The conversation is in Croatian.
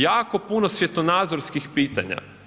Jako puno svjetonazorskih pitanja.